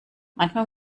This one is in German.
manchmal